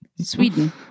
Sweden